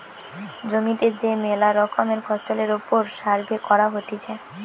জমিতে যে মেলা রকমের ফসলের ওপর সার্ভে করা হতিছে